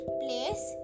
place